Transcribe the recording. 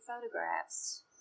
photographs